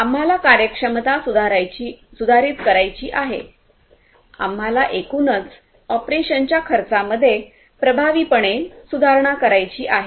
आम्हाला कार्यक्षमता सुधारित करायची आहे आम्हाला एकूणच ऑपरेशनच्या खर्चामध्ये प्रभावीपणे सुधारणा करायची आहे